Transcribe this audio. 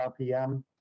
RPM